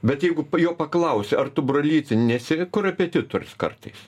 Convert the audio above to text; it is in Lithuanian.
bet jeigu jo paklausi ar tu brolyti nesi korepetitorius kartais